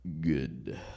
good